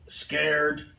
scared